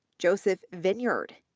joseph vinyard,